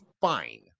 fine